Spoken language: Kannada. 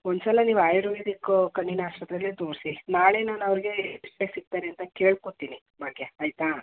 ಒಂದು ಸಲ ನೀವು ಆಯರ್ವೇದಿಕ್ಕು ಕಣ್ಣಿನ ಆಸ್ಪತ್ರೆಗೇ ತೋರಿಸಿ ನಾಳೆ ನಾನು ಅವ್ರಿಗೆ ಸಿಕ್ತಾರೆ ಅಂತ ಕೇಳ್ಕೋತೀನಿ ಭಾಗ್ಯ ಆಯಿತಾ